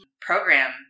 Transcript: program